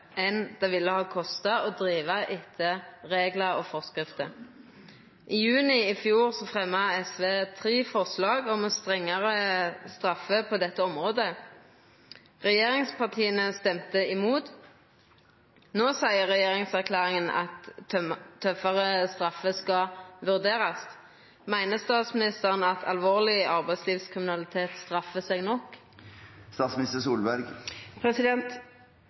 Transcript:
det det ville ha kosta å driva etter reglar og forskrifter. I juni i fjor fremja SV tre forslag om strengare straffer på dette området. Regjeringspartia stemde imot. No seier regjeringserklæringa at tøffare straffer skal vurderast. Meiner statsministeren at alvorleg arbeidslivskriminalitet straffar seg nok?